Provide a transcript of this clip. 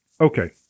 okay